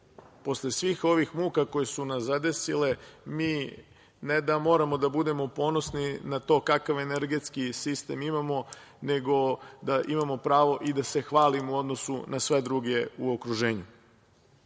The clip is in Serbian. Posle svih ovih muka koje su nas zadesile, mi ne da moramo da budemo ponosni na to kakav energetski sistem imamo, nego da imamo pravo da se hvalimo u odnosu na sve druge u okruženju. Pored